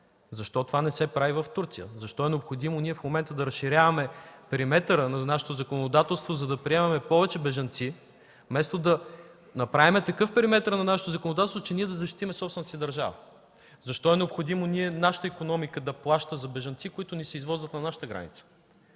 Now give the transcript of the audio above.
Защо това не се прави в Турция? Защо е необходимо ние в момента да разширяваме периметъра на нашето законодателство, за да приемаме повече бежанци, вместо да направим такъв периметър на нашето законодателство, че да защитим собствената си държава? Защо е необходимо нашата икономика да плаща за бежанци, които ни се извозват на границата?